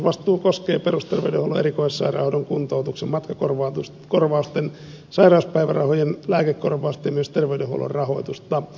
rahoitusvastuu koskee perusterveydenhuollon erikoissairaanhoidon kuntoutuksen matkakorvausten sairauspäivärahojen lääkekorvausten ja myös terveydenhuollon rahoitusta